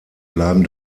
bleiben